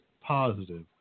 positive